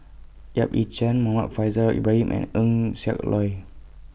Yap Ee Chian Muhammad Faishal Ibrahim and Eng Siak Loy